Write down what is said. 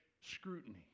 scrutiny